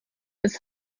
als